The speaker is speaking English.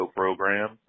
program